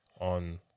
on